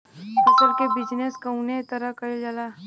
फसल क बिजनेस कउने तरह कईल जाला?